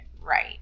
right